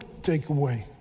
takeaway